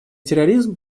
терроризм